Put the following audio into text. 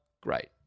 great